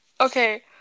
Okay